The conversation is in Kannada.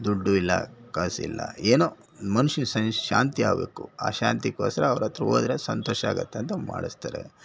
ದುಡ್ಡೂ ಇಲ್ಲ ಕಾಸಿಲ್ಲ ಏನೋ ಮನ್ಷ್ನಿಗೆ ಶಾಂತಿ ಆಗಬೇಕು ಆ ಶಾಂತಿಗೋಸ್ಕರ ಅವರ ಹತ್ರ ಹೋದ್ರೆ ಸಂತೋಷ ಆಗತ್ತೆ ಅಂತ ಮಾಡಿಸ್ತಾರೆ